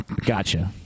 Gotcha